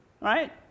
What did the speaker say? right